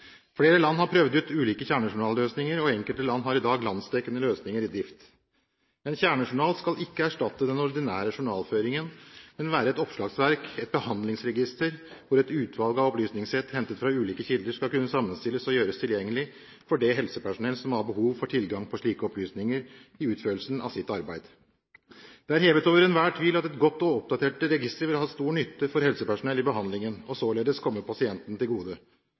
Flere land har prøvd ut ulike kjernejournalløsninger, og enkelte land har i dag landsdekkende løsninger i drift. En kjernejournal skal ikke erstatte den ordinære journalføringen, men være et oppslagsverk, et behandlingsregister, hvor et utvalg av opplysningssett hentet fra ulike kilder skal kunne sammenstilles og gjøres tilgjenglig for det helsepersonell som har behov for tilgang på slike opplysninger i utførelsen av sitt arbeid. Det er hevet over enhver tvil at et godt og oppdatert register vil ha stor nytte for helsepersonell i behandlingen og således komme pasienten til gode.